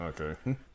okay